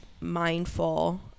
mindful